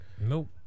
Nope